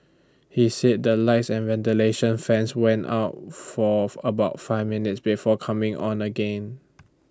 he said the lights and ventilation fans went out for about five minutes before coming on again